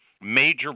major